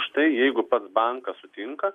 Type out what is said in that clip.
štai jeigu pats bankas sutinka